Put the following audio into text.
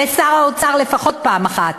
ושר האוצר לפחות פעם אחת: